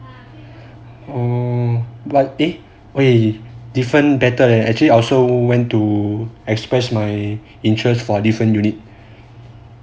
oh but eh different better leh actually I also went to express my interest for different unit